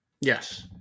Yes